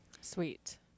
Sweet